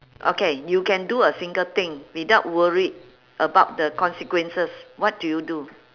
okay you can do a single thing without worried about the consequences what do you do